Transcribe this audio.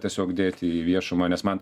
tiesiog dėti į viešumą nes man